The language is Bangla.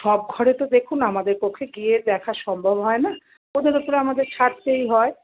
সব ঘরে তো দেখুন আমাদের পক্ষে গিয়ে দেখা সম্ভব হয় না ওদের ওপর আমাদের ছাড়তেই হয়